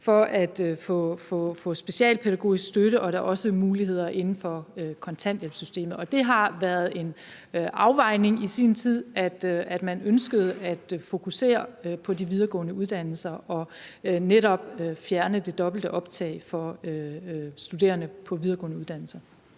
for at få specialpædagogisk støtte, og der er også muligheder inden for kontanthjælpssystemet. Det har været en afvejning i sin tid, at man ønskede at fokusere på de videregående uddannelser og netop fjerne det dobbelte optag for studerende på videregående uddannelser.